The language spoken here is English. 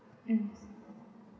mm